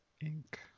ink